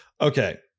Okay